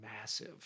massive